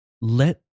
let